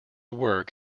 work